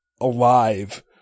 alive